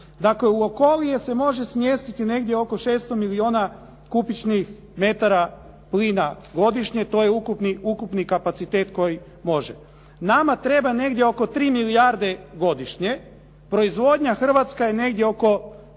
Dakle, u Okolije se može smjestiti negdje oko 600 milijuna kubičnih metara plina godišnje. To je ukupni kapacitet koji može. Nama treba negdje oko 3 milijarde godišnje. Proizvodnja hrvatska je negdje oko